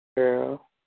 Girl